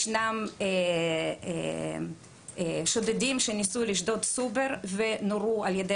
ישנם שודדים שניסו לשדוד סופר ונורו על ידי